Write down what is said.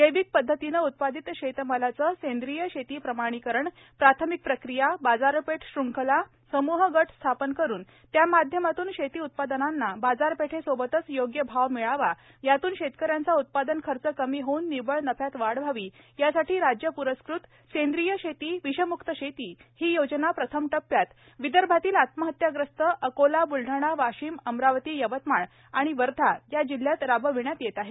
जैविक पद्धतीने उत्पादित शेतमालाचे सेंद्रीय शेती प्रमाणीकरण प्राथमिक प्रक्रिया बाजारपेठ शृंखला समूह गट स्थापन करून त्या माध्यमातून शेती उत्पादनांना बाजारपेठेसोबतच योग्य भाव मिळावा यातून शेतकऱ्यांचा उत्पादन खर्च कमी होऊन निव्वळ नफ्यात वाढ व्हावी यासाठी राज्य प्रस्कृत सेंद्रीय शेती विषमुक्त शेती ही योजना प्रथम टप्प्यात विदर्भातील आत्महत्याग्रस्त अकोला बुलढाणा वाशीम अमरावती यवतमाळ आणि वर्धा या जिल्ह्यात राबविण्यात येत आहे